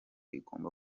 igomba